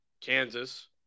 Kansas